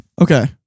Okay